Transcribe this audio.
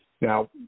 Now